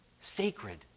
sacred